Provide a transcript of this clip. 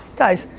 guys,